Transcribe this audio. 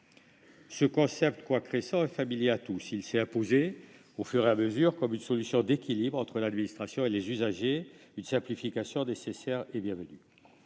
Ce concept, quoique récent, est familier à tous. Il s'est imposé au fur et à mesure comme une solution d'équilibre entre l'administration et les usagers, comme une simplification nécessaire et bienvenue.